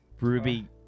Ruby